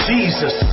Jesus